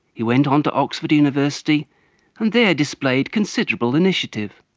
he went on to oxford university and there displayed considerable initiative.